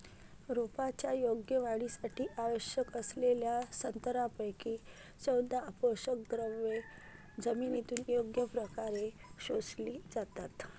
रोपांच्या योग्य वाढीसाठी आवश्यक असलेल्या सतरापैकी चौदा पोषकद्रव्ये जमिनीतून योग्य प्रकारे शोषली जातात